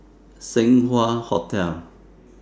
Seng Wah Hotel